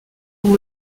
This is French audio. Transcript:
dont